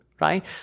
right